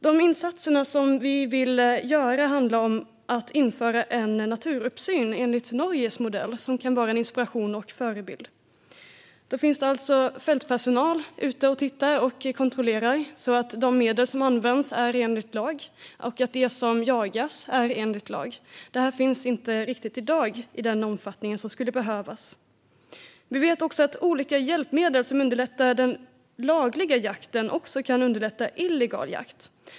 De insatser som vi vill göra handlar om att införa en naturuppsyn enligt Norges modell, som kan tjäna som inspiration och förebild. Där har man fältpersonal som är ute och tittar och kontrollerar så att de medel som används är lagenliga och att det som jagas också är lagenligt. Detta finns inte riktigt i dag i sådan omfattning som skulle behövas. Vi vet att olika hjälpmedel som underlättar den lagliga jakten också kan underlätta illegal jakt.